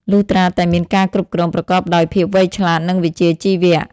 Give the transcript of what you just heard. លុះត្រាតែមានការគ្រប់គ្រងប្រកបដោយភាពវៃឆ្លាត និងវិជ្ជាជីវៈ។